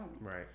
right